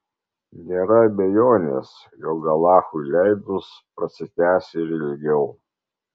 nėra abejonės jog alachui leidus prasitęs ir ilgiau